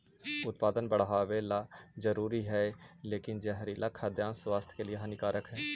उत्पादन बढ़ावेला जरूरी हइ लेकिन जहरीला खाद्यान्न स्वास्थ्य के लिए हानिकारक हइ